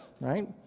right